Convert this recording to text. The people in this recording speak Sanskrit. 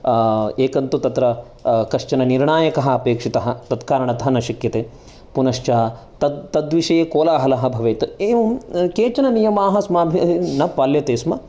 एकन्तु तत्र कश्चन निर्णायकः अपेक्षितः तत् कारणतः न शक्यते पुनश्च तत् तद्विषये कोलाहलः भवेत् एवं केचन नियमाः अस्माभिः न पाल्यते स्म